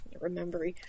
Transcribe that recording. remember